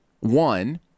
One